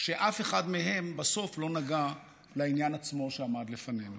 שאף אחד מהם בסוף לא נגע לעניין עצמו שעמד לפנינו.